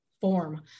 form